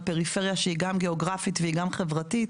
פריפריה שהיא גם גיאוגרפית והיא גם חברתית.